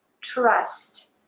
trust